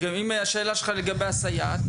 אם השאלה שלך לגבי הסייעת,